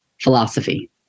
philosophy